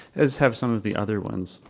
as have some of the other ones.